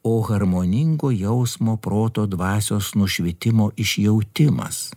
o harmoningo jausmo proto dvasios nušvitimo išjautimas